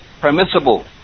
permissible